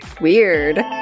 Weird